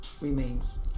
remains